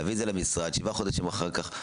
להביא את זה למשרד שבעה חודשים אחר כך,